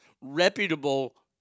Reputable